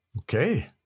Okay